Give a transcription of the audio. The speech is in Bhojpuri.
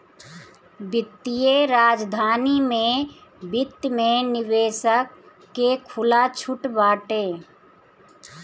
वित्तीय राजधानी में वित्त में निवेशक के खुला छुट बाटे